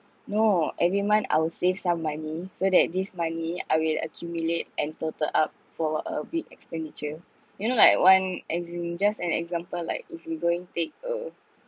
no every month I would save some money so that this money I will accumulate and total up for a big expenditure you know like one as in just an example like if we go and take uh